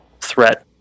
threat